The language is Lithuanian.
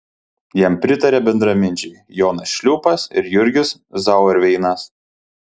jam pritarė bendraminčiai jonas šliūpas ir jurgis zauerveinas